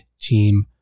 team